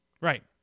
Right